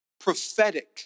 prophetic